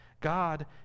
God